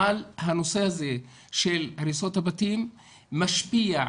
אבל הנושא הזה של הריסות הבתים משפיע,